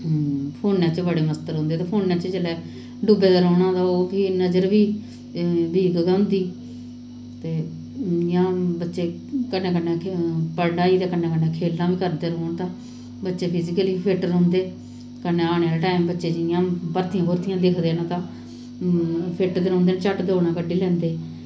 फोनैं च बड़े मस्त रौंह्दे ते फोनैं च जिसलै डुब्बे दे रौह्नां ते नजर बी फ्ही बीक गै होंदी ते इ'यां बच्चे कन्नै कन्नै पढ़ाई दे कन्नै कन्नै खेल्ला बी करदे रौह्न तां बच्चे फिजिकली बी फिट्ट रौंह्दे कन्नै औने आह्ले टैम बच्चें जि'यां भर्थियां भुर्थियां दिखदे न तां फिट्ट रौह्दे न झट्ट दौड़ कड्ढ़ी लैंदे न